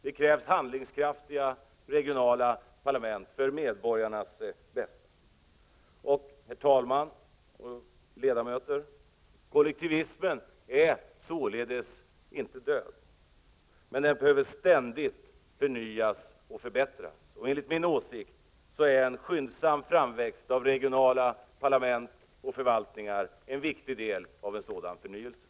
Det krävs alltså handlingskraftiga regionala parlament, för medborgarnas bästa. Herr talman, ledamöter! Kollektivismen är således inte död. Men den behöver ständigt förnyas och förbättras. Enligt min åsikt utgör en skyndsam framväxt av regionala parlament och förvaltningar en viktig del av sådant en förnyelse.